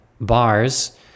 bars